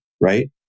right